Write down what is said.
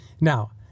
Now